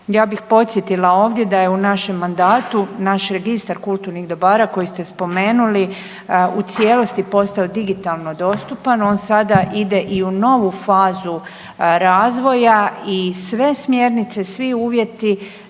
Ja bih podsjetila ovdje da je u našem mandatu naš registar kulturnih dobara koji ste spomenuli u cijelosti postao digitalno dostupan, on sada ide i u novu fazu razvoja i sve smjernice, svi uvjeti